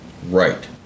right